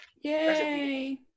Yay